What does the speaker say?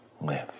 live